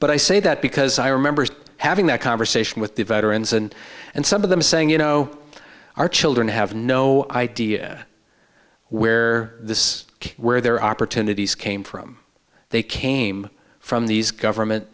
but i say that because i remember having that conversation with the veterans and and some of them saying you know our children have no idea where this where their opportunities came from they came from these government